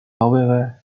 however